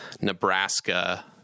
Nebraska